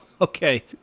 okay